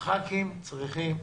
חברי הכנסת צריכים לחוקק,